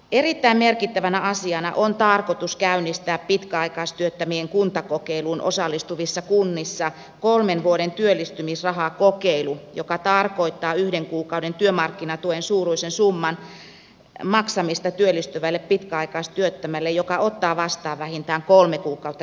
erittäin merkittävänä asiana on tarkoitus käynnistää pitkäaikaistyöttömien kuntakokeiluun osallistuvissa kunnissa kolmen vuoden työllistymisrahakokeilu joka tarkoittaa yhden kuukauden työmarkkinatuen suuruisen summan maksamista työllistyvälle pitkäaikaistyöttömälle joka ottaa vastaan vähintään kolme kuukautta kestävän työn